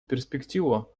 перспективу